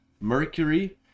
Mercury